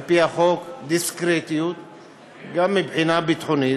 דיסקרטיות, על פי החוק, גם מבחינה ביטחונית,